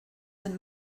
and